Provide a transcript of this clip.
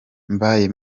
mbaye